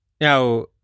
Now